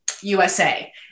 USA